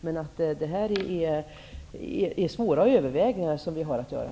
Men det är svåra överväganden som vi har att göra.